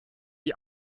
die